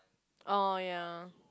oh ya